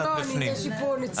לא, לא, יש לי פה נציגות מהתחלה.